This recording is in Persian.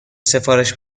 سفارش